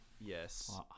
yes